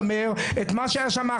אבל תיתן לנו לשמר את מה שהיה שם,